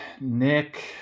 Nick